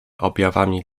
objawami